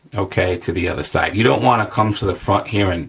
okay? to the other side. you don't wanna come through the front here, and